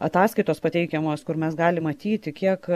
ataskaitos pateikiamos kur mes galim matyti kiek